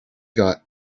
got